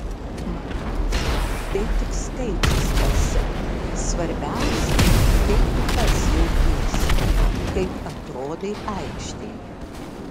manau tai tik skaičius pase svarbiausia kaip tu pats jautiesi kaip atrodai aikštėje